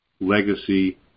legacy